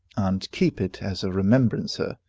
and keep it as a remembrancer,